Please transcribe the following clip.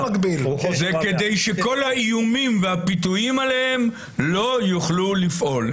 זה כדי שכל האיומים והפיתויים עליהם לא יוכלו לפעול.